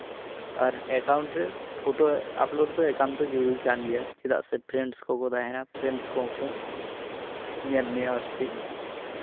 ᱟᱨ account ᱨᱮ photo upload ᱫᱚ ᱮᱠᱟᱱᱛᱚ ᱡᱩᱨᱩᱨᱤ ᱠᱟᱱ ᱜᱮᱭᱟ ᱪᱮᱫᱟᱜ ᱥᱮ ᱯᱷᱮᱨᱮᱱᱥ ᱠᱚᱠᱚ ᱛᱟᱦᱮᱱᱟ ᱯᱷᱮᱨᱮᱱᱰᱥ ᱠᱚᱦᱚᱠᱚ ᱧᱮᱞ ᱢᱮᱭᱟ ᱟᱨᱪᱮᱫ